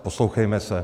Poslouchejme se.